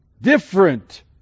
different